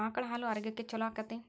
ಆಕಳ ಹಾಲು ಆರೋಗ್ಯಕ್ಕೆ ಛಲೋ ಆಕ್ಕೆತಿ?